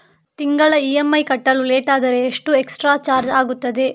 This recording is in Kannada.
ತಿಂಗಳ ಇ.ಎಂ.ಐ ಕಟ್ಟಲು ಲೇಟಾದರೆ ಎಷ್ಟು ಎಕ್ಸ್ಟ್ರಾ ಚಾರ್ಜ್ ಆಗುತ್ತದೆ?